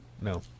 No